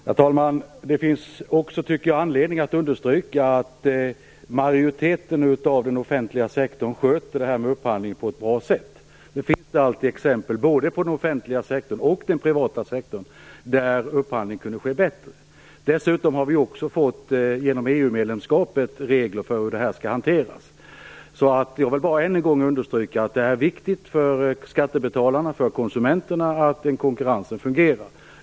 Herr talman! Det finns också anledning att understryka att majoriteten inom den offentliga sektorn sköter det här med upphandling på ett bra sätt. Det finns alltid exempel, både från den offentliga sektorn och från den privata sektorn, på att upphandling kunde ske bättre. Dessutom har vi genom EU-medlemskapet fått regler för hur det här skall hanteras. Jag vill bara än en gång understryka att det är viktigt för skattebetalarna och för konsumenterna att konkurrensen fungerar.